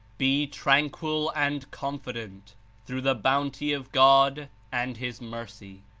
be tran quil and confident through the bounty of god and his mercy.